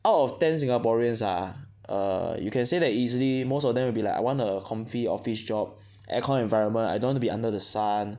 out of ten Singaporeans ah err you can say that easily most of them will be like I want a comfy office job aircon environment I don't want to be under the sun